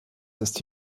ist